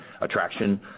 attraction